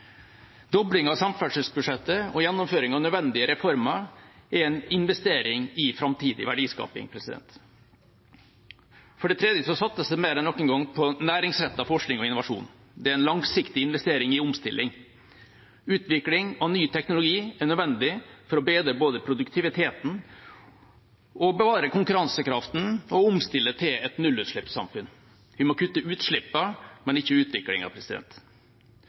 Dobling av samferdselsbudsjettet og gjennomføring av nødvendige reformer er en investering i framtidig verdiskaping. For det tredje satses det mer enn noen gang på næringsrettet forskning og innovasjon. Det er en langsiktig investering i omstilling. Utvikling av ny teknologi er nødvendig både for å bedre produktiviteten, bevare konkurransekraften og omstille til et nullutslippssamfunn. Vi må kutte utslippene, men ikke